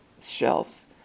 shelves